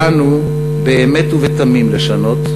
באנו באמת ובתמים לשנות,